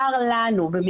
מהם פיגומים לא תקניים.